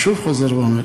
אני חוזר ואומר,